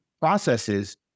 processes